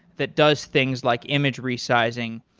that does things like image resizing,